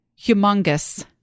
humongous